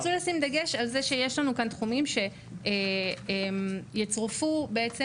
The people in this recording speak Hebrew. בעצם רצו לשים דגש על זה שיש לנו כאן תחומים שיצורפו בעצם,